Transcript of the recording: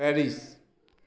Paris